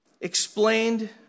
explained